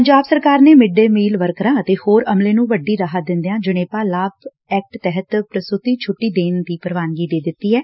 ਪੰਜਾਬ ਸਰਕਾਰ ਨੇ mid day meal ਵਰਕਰਾ ਅਤੇ ਹੋਰ ਅਮਲੇ ਨੂੰ ਵੱਡੀ ਰਾਹਤ ਦਿੰਦਿਆਂ ਜਣੇਪਾ ਲਾਭ ਐਕਟ ਤਹਿਤ ਪ੍ਰਸੂਤੀ ਛੁੱਟੀ ਦੇਣ ਦੀ ਪ੍ਰਵਾਨਗੀ ਦੇ ਦਿੱਤੀ ਏ